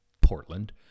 Portland